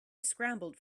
scrambled